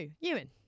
Ewan